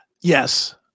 Yes